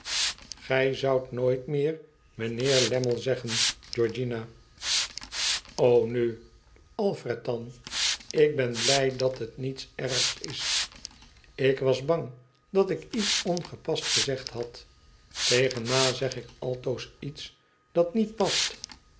gij zoudt nooit meer mijnheer lainmle zeggen georgiana nu alired dan ik ben blij dat het niets ergers is ik was bang dat ik iets ongepasts gezegd had tegen ma zeg ik altoos iets dat niet past